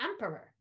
emperor